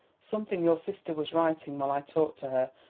something your sister was writing while i talked to her.